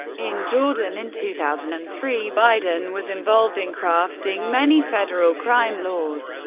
in jordan in two thousand and three biden was involved in crafting many federal crime laws.